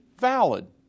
valid